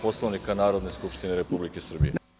Poslovnika Narodne skupštine Republike Srbije.